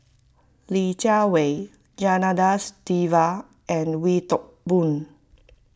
Li Jiawei Janadas Devan and Wee Toon Boon